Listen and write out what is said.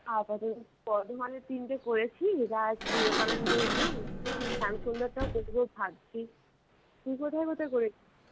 বর্ধমানের তিনটে করেছি রাজ বিবেকানন্দ উইং শ্যামসুন্দরটাও করব ভাবছি তুই কোথায় কোথায় করেছিস